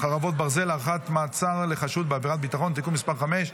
(חרבות ברזל) (פגישה עם עורך דין של עצור בעבירת ביטחון) (תיקון מס' 5),